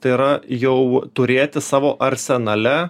tai yra jau turėti savo arsenale